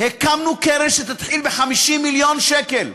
הקמנו קרן שתתחיל ב-50 מיליון שקל,